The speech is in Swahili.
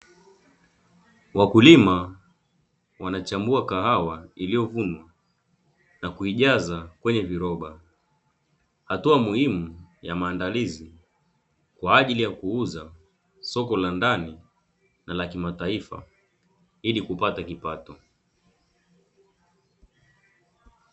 Wakulima wanachambua kahawa iliyovunwa, na kuijaza kwenye viroba; hatua muhimu ya maandalizi kwa ajili ya kuuza soko la ndani na la kimataifa ili kupata kipato.